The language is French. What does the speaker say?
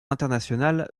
international